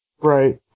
Right